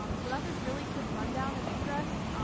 um so that's a really quick rundown of ingress.